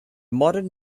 modern